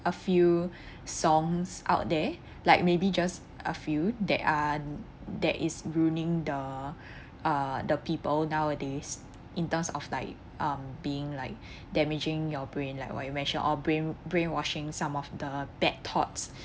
a few songs out there like maybe just a few that are that is ruining the uh the people nowadays in terms of like um being like damaging your brain like what you mentioned or brain brainwashing some of the bad thoughts